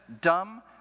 dumb